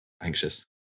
anxious